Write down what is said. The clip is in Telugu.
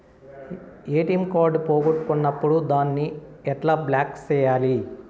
ఎ.టి.ఎం కార్డు పోగొట్టుకున్నప్పుడు దాన్ని ఎట్లా బ్లాక్ సేయాలి